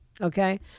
Okay